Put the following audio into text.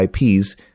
IPs